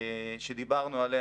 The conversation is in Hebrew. שדיברנו עליה,